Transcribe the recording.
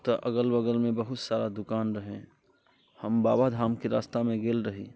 ओतऽ अगल बगलमे बहुत सारा दुकान रहै हम बाबाधामके रास्तामे गेल रही